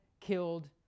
killed